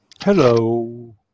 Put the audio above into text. Hello